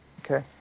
Okay